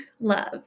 love